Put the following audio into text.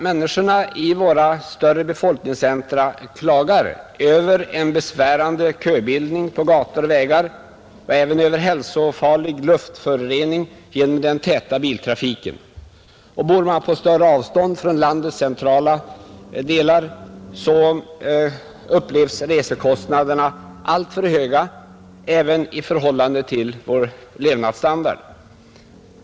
Människorna i våra större befolkningscentra klagar över en besvärande köbildning på gator och vägar och även över hälsofarlig luftförorening genom den täta biltrafiken. Bor man på större avstånd från landets centrala delar upplevs resekostnaderna som alltför höga även i förhållande till levnadsstandarden.